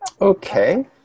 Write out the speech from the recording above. okay